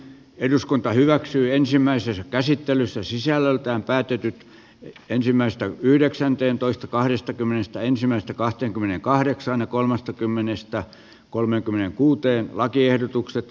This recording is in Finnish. eduskunta hyväksyi ensimmäisessä käsittelyssä sisällöltään päätytyt ensimmäistä yhdeksänteentoista kahdestakymmenestä ensimmäistä kahteenkymmeneenkahdeksaan ja kolmestakymmenestä kolmeenkymmeneenkuuteen lakiehdotukset